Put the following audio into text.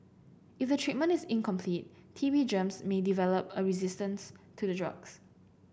if a treatment is incomplete T B germs may develop a resistance to the drugs